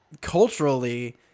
culturally